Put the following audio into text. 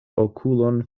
okulon